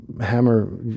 hammer